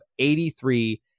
83